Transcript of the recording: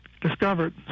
discovered